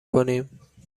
کنیم